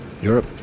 Europe